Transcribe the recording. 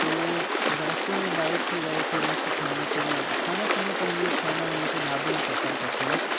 तो रास्ते में बाइक से गए थे मस्त खाना पीना खाना पीना तो हम लोग खाना हमेशा ढाबे में प्रफर करते हैं